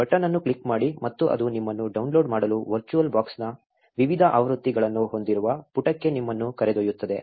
button ಅನ್ನು click ಮಾಡಿ ಮತ್ತು ಅದು ನಿಮ್ಮನ್ನು ಡೌನ್ಲೋಡ್ ಮಾಡಲು ವರ್ಚುವಲ್ ಬಾಕ್ಸ್ನ ವಿವಿಧ ಆವೃತ್ತಿಗಳನ್ನು ಹೊಂದಿರುವ ಪುಟಕ್ಕೆ ನಿಮ್ಮನ್ನು ಕರೆದೊಯ್ಯುತ್ತದೆ